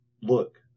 look